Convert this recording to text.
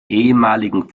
ehemaligen